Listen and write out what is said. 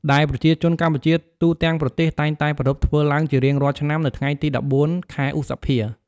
ដែលប្រជាជនកម្ពុជាទូទាំងប្រទេសតែងតែប្រារព្ធធ្វើឡើងជារៀងរាល់ឆ្នាំ នៅថ្ងៃទី ១៤ ខែឧសភា។